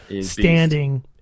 standing